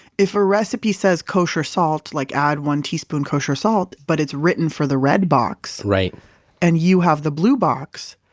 if a recipe says kosher salt, like add one teaspoon kosher salt, but it's written for the red box and you have the blue box,